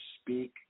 speak